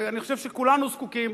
ואני חושב שכולנו זקוקים,